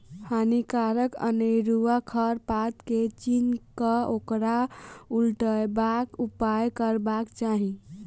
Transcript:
हानिकारक अनेरुआ खर पात के चीन्ह क ओकरा उपटयबाक उपाय करबाक चाही